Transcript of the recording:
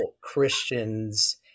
Christians